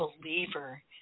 believer